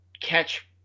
catch